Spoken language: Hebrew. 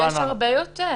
יש הרבה יותר.